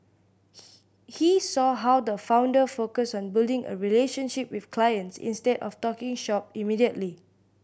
he he saw how the founder focused on building a relationship with clients instead of talking shop immediately